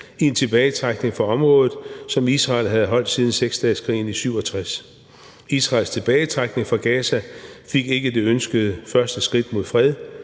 i en tilbagetrækning fra området, som Israel havde holdt siden seksdageskrigen i 1967. Israels tilbagetrækning fra Gaza fik ikke det ønskede første skridt mod fred,